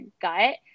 gut